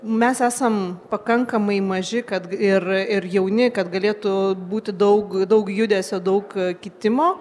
mes esam pakankamai maži kad ir ir jauni kad galėtų būti daug daug judesio daug kitimo